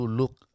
look